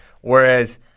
Whereas